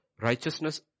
righteousness